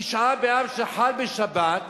תשעה באב שחל בשבת,